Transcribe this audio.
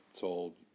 told